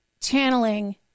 channeling